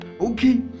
Okay